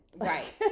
right